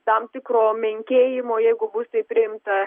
tam tikro menkėjimo jeigu bus taip priimta